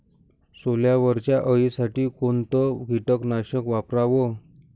सोल्यावरच्या अळीसाठी कोनतं कीटकनाशक वापराव?